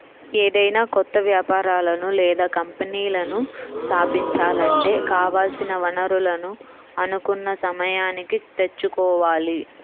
ఏదైనా కొత్త వ్యాపారాలను లేదా కంపెనీలను స్థాపించాలంటే కావాల్సిన వనరులను అనుకున్న సమయానికి తెచ్చుకోవాలి